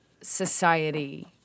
society